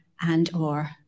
and/or